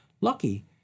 Lucky